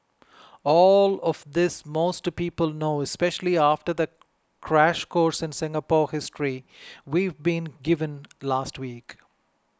all of this most people know especially after the crash course in Singapore history we've been given last week